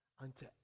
unto